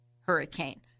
hurricane